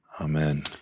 amen